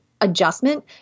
adjustment